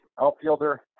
outfielder